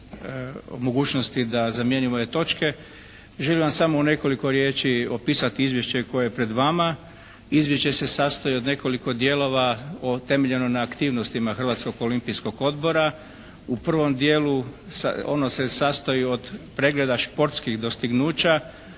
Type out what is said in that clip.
mogućnosti da zamijenimo ove točke. Želim vam u samo nekoliko riječi opisati izvješće koje je pred vama. Izvješće se sastoji od nekoliko dijelova temeljeno na aktivnostima Hrvatskog olimpijskog odbora. U prvom dijelu ono se sastoji od pregleda športskih dostignuća.